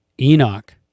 Enoch